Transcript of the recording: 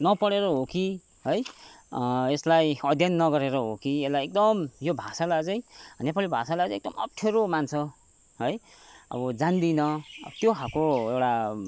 नपढेर हो कि है यसलाई अध्ययन नगरेर हो कि यसलाई एकदम भाषालाई चाहिँ नेपाली भाषालाई चाहिँ एकदम अप्ठ्यारो मान्छ है अब जान्दिनँ त्यो खालको एउटा